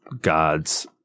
God's